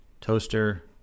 toaster